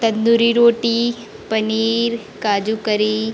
तंदूरी रोटी पनीर काजू करी